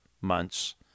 months